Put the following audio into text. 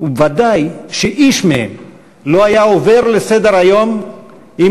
ובוודאי שאיש מהם לא היה עובר לסדר-היום אם